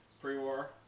Pre-War